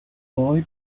boy